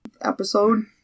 episode